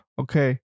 Okay